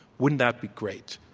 wouldn't that be great?